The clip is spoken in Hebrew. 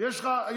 זה לא בסדר.